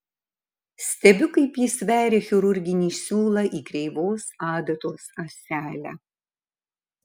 stebiu kaip jis veria chirurginį siūlą į kreivos adatos ąselę